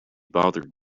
bothered